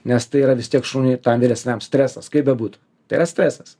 nes tai yra vis tiek šuniui tam vyresniam stresas kaip bebūtų tai yra stresas